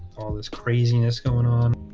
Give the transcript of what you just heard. all this craziness going on.